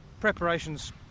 preparations